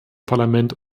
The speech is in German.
parlament